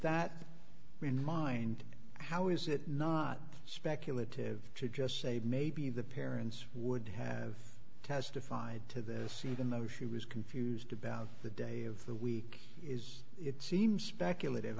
that in mind how is it not speculative to just say maybe the parents would have testified to this even though she was confused about the day of the week is it seems speculative